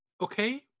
Okay